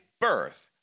birth